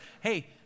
hey